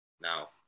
Now